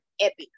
epic